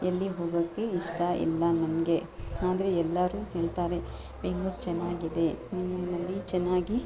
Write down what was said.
ಎಲ್ಲಿ ಹೋಗೋಕ್ಕೆ ಇಷ್ಟ ಇಲ್ಲ ನಮಗೆ ಅಂದರೆ ಎಲ್ಲರೂ ಹೇಳ್ತಾರೆ ಬೆಂಗ್ಳೂರು ಚೆನ್ನಾಗಿದೆ ನಮ್ಮಲ್ಲಿ ಚೆನ್ನಾಗಿ ಇರುತ್ತೆ